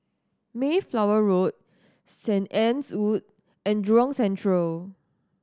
Mayflower Road Saint Anne's Wood and Jurong Central